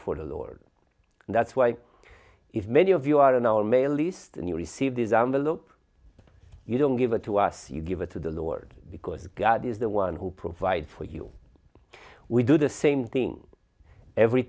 and that's why if many of you are on our mail list and you receive these on the loop you don't give it to us you give it to the lord because god is the one who provides for you we do the same thing every